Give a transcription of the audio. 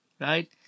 right